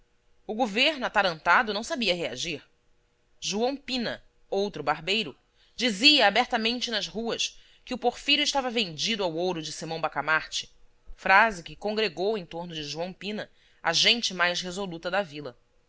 o governo atarantado não sabia reagir joão pina outro barbeiro dizia abertamente nas ruas que o porfírio estava vendido ao ouro de simão bacamarte frase que congregou em torno de joão pina a gente mais resoluta da vila